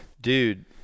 dude